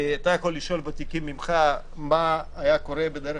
אתה יכול לשאול ותיקים ממך מה היה קורה בדרך